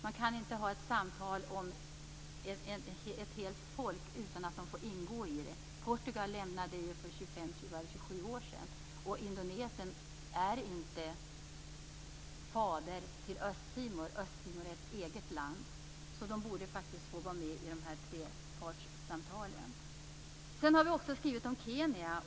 Man kan inte ha ett samtal om ett helt folk utan att de får ingå i det. Portugal lämnade området för 25 år sedan. Indonesien är inte "fader" till Östtimor. Östtimor är ett eget land. Landet borde få vara med i trepartssamtalen. Vi har också skrivit om Kenya.